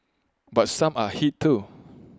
but some are hit too